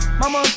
mama